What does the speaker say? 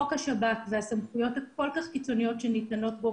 חוק השב"כ והסמכויות הכל כך קיצוניות שניתנות בו,